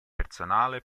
personale